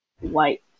white